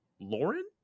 Lauren